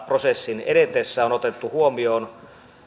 prosessin edetessä on otettu huomioon